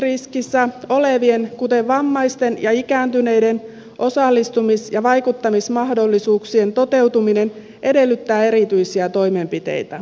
syrjäytymisriskissä olevien kuten vammaisten ja ikääntyneiden osallistumis ja vaikuttamismahdollisuuksien toteutuminen edellyttää erityisiä toimenpiteitä